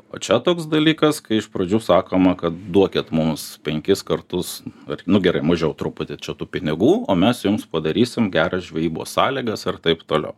o čia toks dalykas kai iš pradžių sakoma kad duokit mums penkis kartus nu gerai mažiau truputį čia tų pinigų o mes jums padarysim geras žvejybos sąlygas ir taip toliau